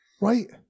Right